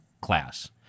class